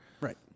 right